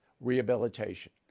rehabilitation